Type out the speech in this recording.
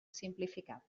simplificat